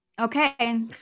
Okay